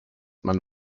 man